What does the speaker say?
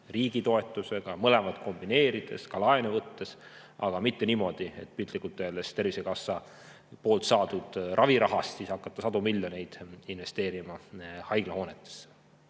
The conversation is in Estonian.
riigi toetusega või mõlemaid kombineerides, ka laenu võttes, aga mitte niimoodi, et piltlikult öeldes Tervisekassalt saadud ravirahast hakatakse sadu miljoneid investeerima haiglahoonetesse.